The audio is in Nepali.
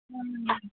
उम्